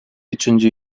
üçüncü